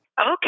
Okay